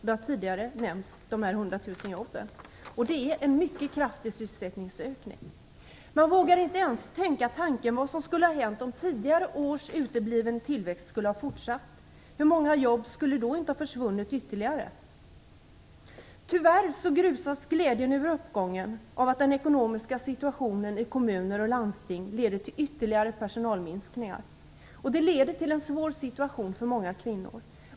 De 100 000 jobben har tidigare nämnts. Det är en mycket kraftig sysselsättningsökning. Man vågar inte ens tänka tanken vad som skulle ha hänt om tidigare års utebliven tillväxt hade fortsatt; hur många ytterligare jobb skulle då inte ha försvunnit? Tyvärr grusas glädjen över uppgången av att den ekonomiska situationen i kommuner och landsting leder till ytterligare personalminskningar. Det leder till en svår situation för många kvinnor.